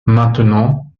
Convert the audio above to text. maintenant